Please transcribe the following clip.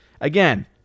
Again